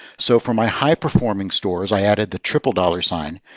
so for my high-performing stores, i added the triple dollar sign.